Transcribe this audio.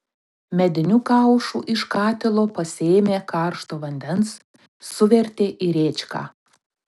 mediniu kaušu iš katilo pasėmė karšto vandens suvertė į rėčką